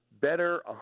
better